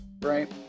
Right